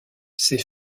ses